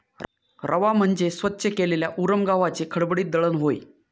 रवा म्हणजे स्वच्छ केलेल्या उरम गव्हाचे खडबडीत दळण होय